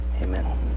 Amen